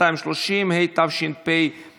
(הארכת תקופת ההתיישנות), התשפ"ב